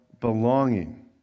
belonging